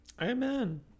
Amen